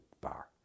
bar